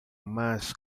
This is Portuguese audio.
mais